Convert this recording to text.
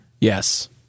Yes